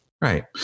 Right